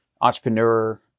entrepreneur